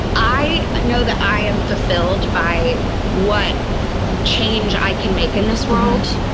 i know that i am fulfilled by what change i can make in this world.